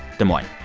des moines.